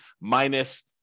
minus